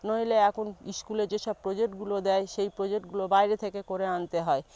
নইলে এখন স্কুলে যে সব প্রজেক্টগুলো দেয় সেই প্রজেক্টগুলো বাইরে থেকে করে আনতে হয়